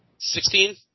Sixteen